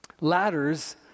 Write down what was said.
Ladders